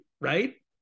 right